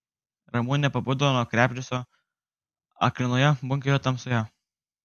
ramunė pabudo nuo krebždesio aklinoje bunkerio tamsoje